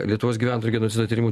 lietuvos gyventojų genocido tyrimų